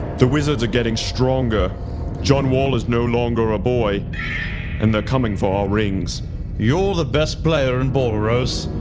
the wizards are getting stronger john wall is no longer a boy and they're coming for our rings you're the best player and boris,